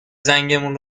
زنگمون